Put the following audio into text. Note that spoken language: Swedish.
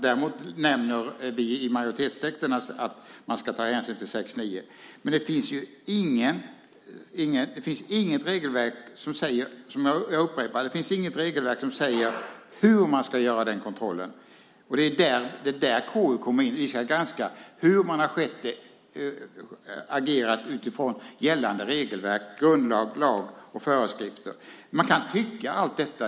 Däremot nämner vi i majoritetstexten att man ska ta hänsyn till regeringsformen 6 kap. 9 §. Jag upprepar: Det finns inget regelverk som säger hur man ska göra den kontrollen. Det är där KU kommer in. Vi ska granska hur man har agerat utifrån gällande regelverk, grundlagar, lagar och föreskrifter. Man kan tycka allt detta.